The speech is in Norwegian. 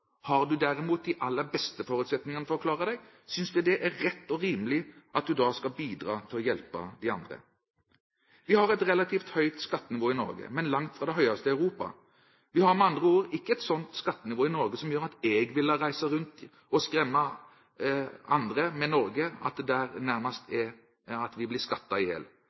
Har du derimot de aller beste forutsetningene for å klare deg, synes vi det er rett og rimelig at du da skal bidra til å hjelpe andre. Vi har et relativt høyt skattenivå i Norge, men langt fra det høyeste i Europa. Vi har med andre ord ikke et slikt skattenivå i Norge som gjør at jeg vil reise rundt og skremme andre med at en i Norge nærmest